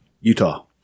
Utah